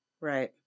right